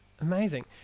Amazing